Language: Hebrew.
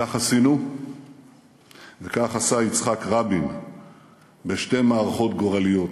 כך עשינו וכך עשה יצחק רבין בשתי מערכות גורליות: